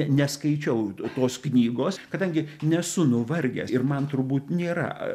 neskaičiau tos knygos kadangi nesu nuvargęs ir man turbūt nėra